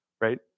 right